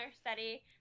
study